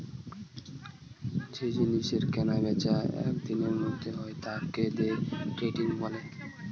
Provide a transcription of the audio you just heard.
যে জিনিসের কেনা বেচা একই দিনের মধ্যে হয় তাকে দে ট্রেডিং বলে